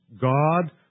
God